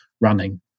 running